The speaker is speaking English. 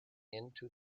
into